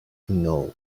know